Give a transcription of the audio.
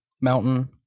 mountain